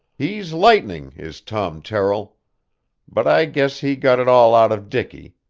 he's lightning, is tom terrill but i guess he got it all out of dicky,